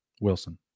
Wilson